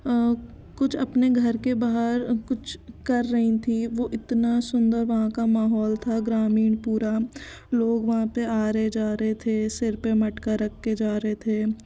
कुछ अपने घर के बाहर कुछ कर रही थी वो इतना सुंदर वहाँ का माहौल था ग्रामीण पूरा लोग वहाँ पे आ रहे जा रहे थे सिर पे मटका रख के जा रहे थे